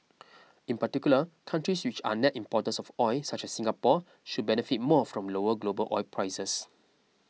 in particular countries which are net importers of oil such as Singapore should benefit more from lower global oil prices